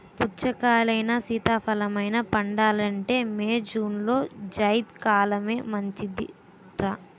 పుచ్చకాయలైనా, సీతాఫలమైనా పండాలంటే మే, జూన్లో జైద్ కాలమే మంచిదర్రా